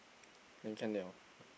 then can [liao]